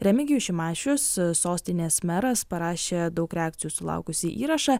remigijus šimašius sostinės meras parašė daug reakcijų sulaukusį įrašą